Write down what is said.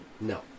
No